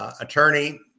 attorney